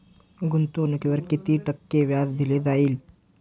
गुंतवणुकीवर किती टक्के व्याज दिले जाईल?